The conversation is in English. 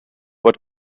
what